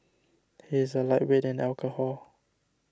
he is a lightweight in alcohol